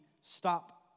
stop